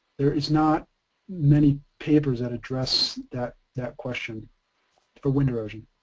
there is not many papers that address that, that question for wind erosion.